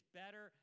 better